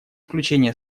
включение